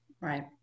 right